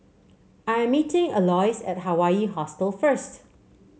I'm meeting Aloys at Hawaii Hostel first